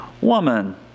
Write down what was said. Woman